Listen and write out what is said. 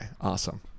awesome